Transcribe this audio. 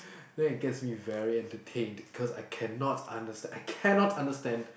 then it gets me very entertained cause I cannot understand I cannot understand